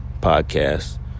podcast